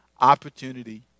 opportunity